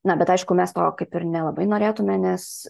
na bet aišku mes to kaip ir nelabai norėtume nes